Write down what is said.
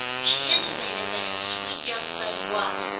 she intimated that her sweet young friend was,